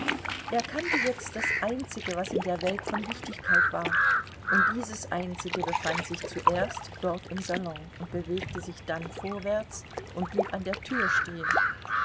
er kannte jetzt das einzige was in der welt von wichtigkeit war und dieses einzige befand sich zuerst dort im salon und bewegte sich dann vorwärts und blieb an der tür stehen